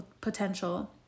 potential